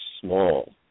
small